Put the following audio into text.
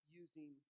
using